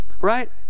right